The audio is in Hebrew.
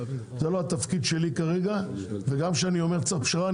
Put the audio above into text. זה לא התפקיד שלי כרגע וגם כשאני אומר שצריך פשרה,